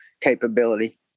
capability